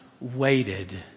waited